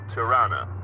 Tirana